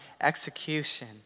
execution